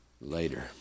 later